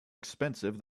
expensive